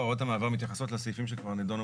הוראות המעבר מתייחסות לסעיפים שכבר נידונו